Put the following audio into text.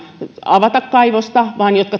avata kaivosta vaan